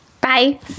Bye